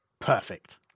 Perfect